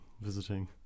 visiting